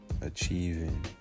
achieving